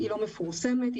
לא מפורסמת,